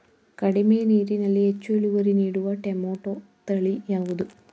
ಕಡಿಮೆ ನೀರಿನಲ್ಲಿ ಹೆಚ್ಚು ಇಳುವರಿ ನೀಡುವ ಟೊಮ್ಯಾಟೋ ತಳಿ ಯಾವುದು?